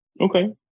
okay